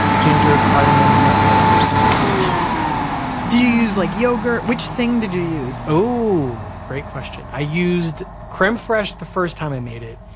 ginger, cardamom, nutmeg, or some combination of those things do you use like yogurt? which thing did you use? oh, great question. i used creme fraiche the first time i made it,